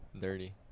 dirty